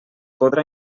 podrà